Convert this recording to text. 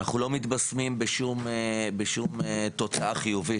אנחנו לא מתבשמים בשום תוצאה חיובית.